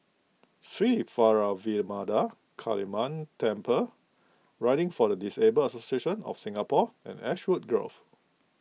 Sri Vairavimada Kaliamman Temple Riding for the Disabled Association of Singapore and Ashwood Grove